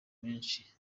menshi